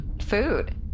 food